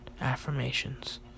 affirmations